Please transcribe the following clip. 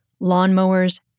lawnmowers